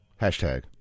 Hashtag